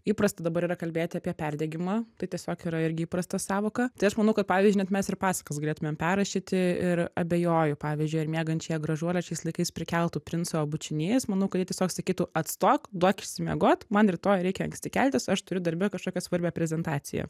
įprasta dabar yra kalbėt apie perdegimą tai tiesiog yra irgi įprasta sąvoka tai aš manau kad pavyzdžiui net mes ir pasakas galėtumėm perrašyti ir abejoju pavyzdžiui ar miegančiąją gražuolę šiais laikais prikeltų princo bučinys manau kad ji tiesiog sakytų atstok duok išsimiegot man rytoj reikia anksti keltis aš turiu darbe kažkokią svarbią prezentaciją